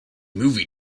movie